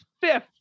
fifth